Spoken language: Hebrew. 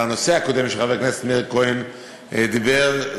על הנושא הקודם שחבר הכנסת מאיר כהן דיבר עליו,